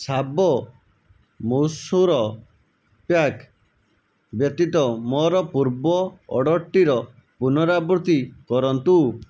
ଶାବ ମୈସୁର ପ୍ୟାକ୍ ବ୍ୟତୀତ ମୋର ପୂର୍ବ ଅର୍ଡ଼ର୍ଟିର ପୁନରାବୃତ୍ତି କରନ୍ତୁ